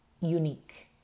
unique